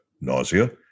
nausea